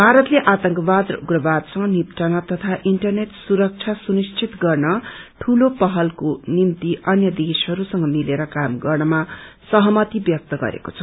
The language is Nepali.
भारतले आतंकवाद र उप्रवादसँग निप्टन तथा इन्टरनेट सुरक्षा सुनिश्चित गर्न दूलो पहलको निम्ति अन्य देशहरूसँग मिलेर काम गर्नमा सहमति व्यक्त गरेको छ